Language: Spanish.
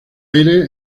aires